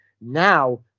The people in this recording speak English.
Now